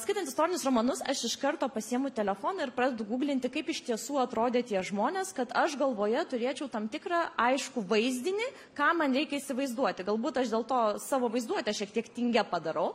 skaitant istorinius romanus aš iš karto pasiimu telefoną ir pradedu guglinti kaip iš tiesų atrodė tie žmonės kad aš galvoje turėčiau tam tikrą aiškų vaizdinį ką man reikia įsivaizduoti galbūt aš dėl to savo vaizduotę šiek tiek tingia padarau